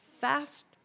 Fast